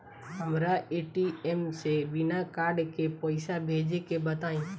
हमरा ए.टी.एम से बिना कार्ड के पईसा भेजे के बताई?